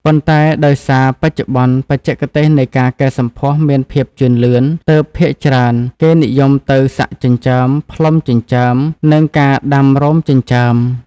ប៉ុន្តែ ដោយសារបច្ចុប្បន្នបច្ចេកទេសនៃការកែសម្ផស្សមានភាពជឿនលឿន ទើបភាគច្រើនគេនិយមទៅ សាក់ចិញ្ចើម ផ្លុំចិញ្ចើម និងការដាំរោមចិញ្ចើម។